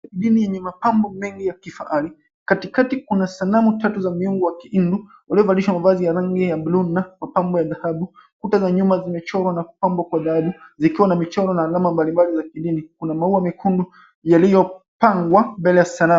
Dini yenye mapambo mengi ya kifahari katikati kuna sanamu tatu za miungu wa kihindu, waliovalishwa mavazi ya buluu na mapambo ya dhahabu, kuta za nyuma zimechorwa na kupambwa dhahabu zikiwa na michoro na alama mbali mbali za kidini, kuna maua mekundu yaliyopangwa mbele ya sanamu.